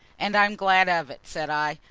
and i'm glad of it, said i.